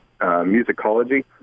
musicology